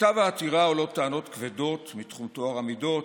בכתב העתירה עולות טענות כבדות מתחום טוהר המידות,